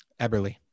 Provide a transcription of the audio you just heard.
Eberly